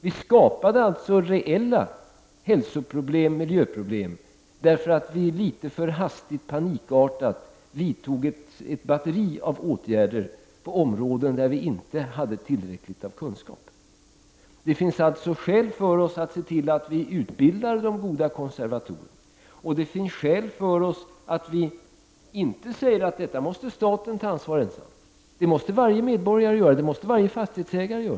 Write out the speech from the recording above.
Vi skapade alltså reella hälso och miljöproblem, därför att vi litet för hastigt och panikartat vidtog ett batteri av åtgärder på områden där vi inte hade tillräckligt med kunskaper. Vi har alltså skäl att se till att goda konservatorer utbildas. Vidare finns det skäl att säga att staten inte ensam måste ta ett ansvar här, utan det ansvaret måste varje medborgare och varje fastighetsägare ta.